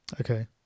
okay